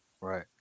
Right